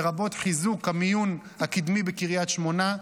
לרבות חיזוק המיון הקדמי בקריית שמונה,